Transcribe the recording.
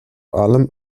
allem